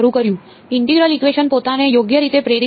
integral equation પોતાને યોગ્ય રીતે પ્રેરિત કરે છે